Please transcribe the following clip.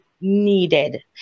needed